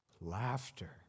laughter